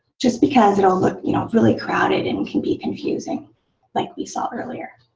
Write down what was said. just because it will look, you know, really crowded and can be confusing like we saw earlier.